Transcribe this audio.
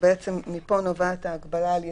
בעצם מפה נובעת ההגבלה על יציאה.